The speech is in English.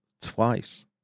twice